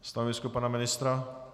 Stanovisko pana ministra?